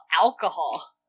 alcohol